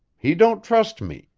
he don't trust me,